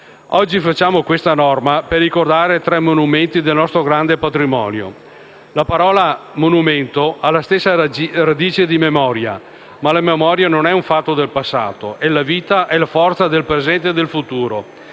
Oggi facciamo questa norma per ricordare tre monumenti del nostro grande patrimonio. La parola «monumento» ha la stessa radice di «memoria», ma la memoria non è un fatto del passato: è la vita e la forza del presente e del futuro.